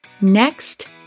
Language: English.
next